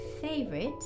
favorite